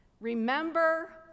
remember